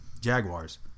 Jaguars